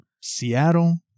Seattle